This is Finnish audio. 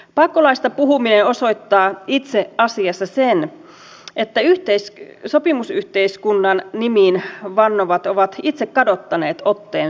pakkolaeista puhuminen osoittaa itse asiassa sen että sopimusyhteiskunnan nimiin vannovat ovat itse kadottaneet otteen sopimisesta